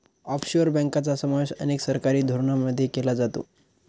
offshore बँकांचा समावेश अनेक सरकारी धोरणांमध्ये केला जातो